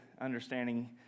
understanding